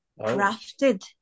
crafted